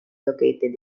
located